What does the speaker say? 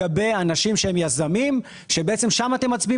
הוא בנה את הבניין והשאיר שם את הקירות,